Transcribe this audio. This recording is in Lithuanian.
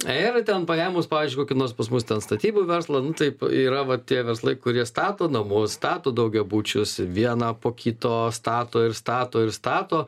yra ten paėmus pavyzdžiui kokį nors pas mus ten statybų verslą nu taip yra va tie verslai kurie stato namus stato daugiabučius vieną po kito stato ir stato ir stato